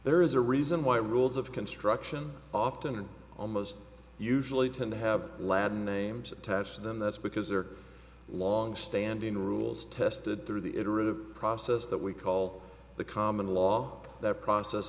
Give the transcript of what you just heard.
there is a reason why rules of construction often are almost usually tend to have latin names attached to them that's because there are long standing rules tested through the iterative process that we call the common law that process